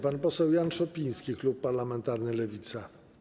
Pan poseł Jan Szopiński, klub parlamentarny Lewica.